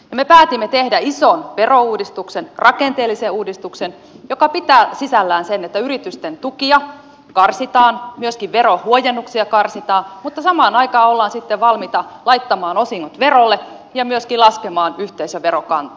ja me päätimme tehdä ison verouudistuksen rakenteellisen uudistuksen joka pitää sisällään sen että yritysten tukia karsitaan myöskin verohuojennuksia karsitaan mutta samaan aikaan ollaan sitten valmiita laittamaan osingot verolle ja myöskin laskemaan yhteisöverokantaa